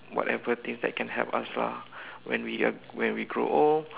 whatever things that can help us lah when we are when we grow old